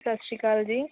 ਸਤਿ ਸ਼੍ਰੀ ਅਕਾਲ ਜੀ